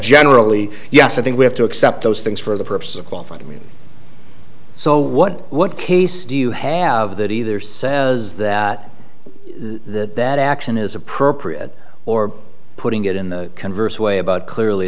generally yes i think we have to accept those things for the purpose of qualifying so what what case do you have that either says that that that action is appropriate or putting it in the converse way about clearly